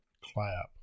Clap